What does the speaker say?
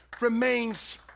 remains